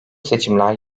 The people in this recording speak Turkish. seçimler